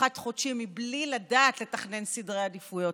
חד-חודשי בלי לדעת לתכנן סדרי עדיפויות.